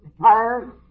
tired